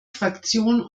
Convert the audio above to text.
fraktion